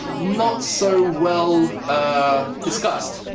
not so well ah discussed.